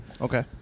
Okay